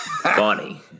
funny